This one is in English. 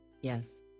Yes